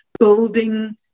building